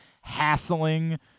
hassling